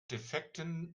defekten